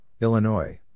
Illinois